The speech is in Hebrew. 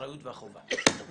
קודם כל בטיחות ואחר כך המצוקות